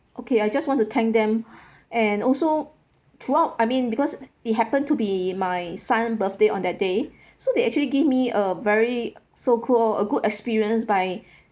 okay I just want to thank them and also throughout I mean because it happened to be my son birthday on that day so they actually gave me a very so called a good experience by